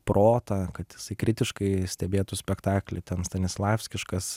protą kad jisai kritiškai stebėtų spektaklį ten stanislavskiškas